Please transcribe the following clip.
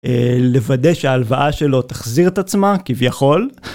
לוודא שההלוואה שלו תחזיר את עצמה כביכול.